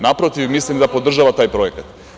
Naprotiv, mislim da podržava taj projekat.